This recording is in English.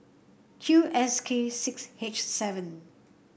Q S K six H seven